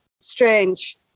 strange